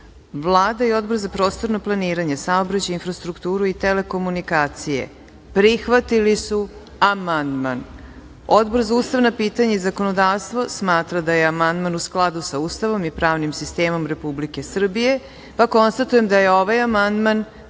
i Odbor za pravosudno planiranje, saobraćaj i infrastrukturu i telekomunikacije prihvatili su amandman, a Odbor za ustavna pitanja i zakonodavstvo smatra da je amandman u skladu sa Ustavom i pravnim sistemom Republike Srbije, pa konstatujem da je ovaj amandman